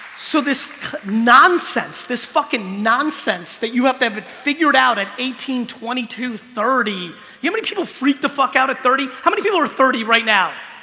so this nonsense this fucking nonsense that you have to have it figured out at eighteen twenty to thirty you know many people freak the fuck out at thirty how many people are thirty right now?